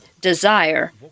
desire